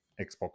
Xbox